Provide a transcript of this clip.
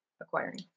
acquiring